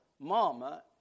mama